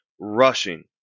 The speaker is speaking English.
rushing